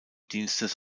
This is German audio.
dienstes